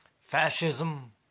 Fascism